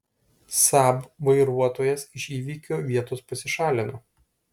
saab vairuotojas iš įvykio vietos pasišalino